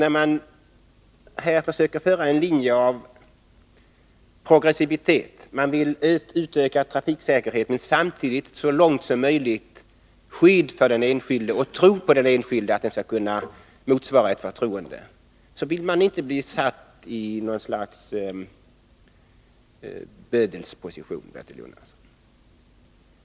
När man här försöker följa en linje av progressivitet genom att utöka trafiksäkerheten och så långt som möjligt skapa ett skydd för den enskilde samtidigt som man tror att den enskilde skall kunna motsvara ett förtroende, då vill man inte bli satt i någon slags bödelsposition.